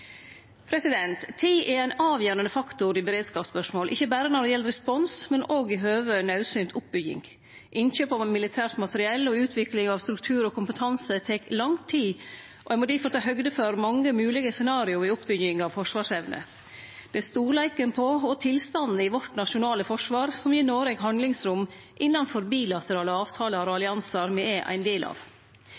Tid er ein avgjerande faktor i beredskapsspørsmål, ikkje berre når det gjeld respons, men òg i høve til naudsynt oppbygging. Innkjøp av militært materiell og utvikling av struktur og kompetanse tek lang tid, og ein må difor ta høgd for mange moglege scenario i oppbygging av forsvarsevna. Det er storleiken på og tilstanden i vårt nasjonale forsvar som gjev Noreg handlingsrom innanfor bilaterale avtaler og alliansar me er ein del av.